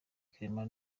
clement